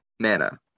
Mana